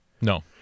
No